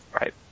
Right